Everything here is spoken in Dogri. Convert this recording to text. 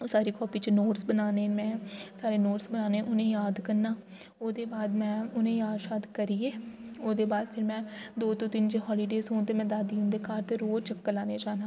ओह् सारी कॉपी च नोट्स बनाने में सारे नोट्स बनाने उ'नें ई याद करना ओह्दे बाद में उ'नें ई याद शाद करियै ओह्दे बाद फिर में दो जां तिन्न जे हॉलीडेज़ होन ते में दादी हुंदे घर ते रोज़ चक्कर लाने ई जाना